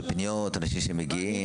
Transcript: בפניות של אנשים שמגיעים.